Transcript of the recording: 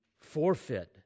forfeit